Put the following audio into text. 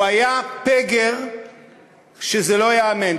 הוא היה פגר שזה לא ייאמן,